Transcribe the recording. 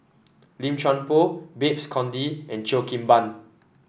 Lim Chuan Poh Babes Conde and Cheo Kim Ban